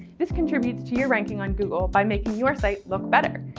this contributes to your ranking on google by making your site look better.